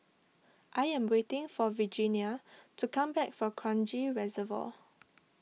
I am waiting for Regenia to come back from Kranji Reservoir